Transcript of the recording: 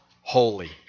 holy